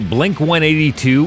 Blink-182